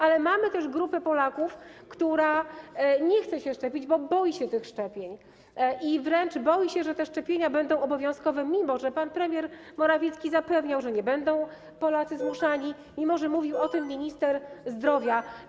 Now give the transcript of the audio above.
Ale mamy też grupę Polaków, która nie chce się szczepić, bo boi się tych szczepień, a wręcz boi się, że te szczepienia będą obowiązkowe, mimo że pan premier Morawiecki zapewniał, że Polacy nie będą zmuszani, mimo że mówił o tym minister zdrowia.